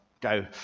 go